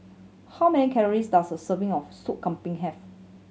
how many calories does a serving of Soup Kambing have